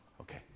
Okay